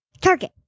target